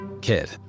kid